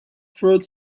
third